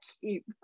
keep